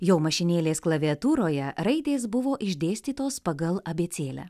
jo mašinėlės klaviatūroje raidės buvo išdėstytos pagal abėcėlę